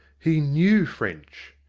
he knew french.